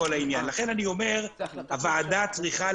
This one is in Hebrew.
לכן הוועדה צריכה,